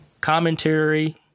commentary